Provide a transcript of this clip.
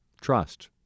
Trust